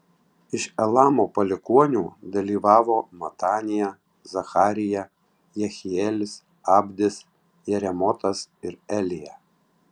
iš elamo palikuonių dalyvavo matanija zacharija jehielis abdis jeremotas ir elija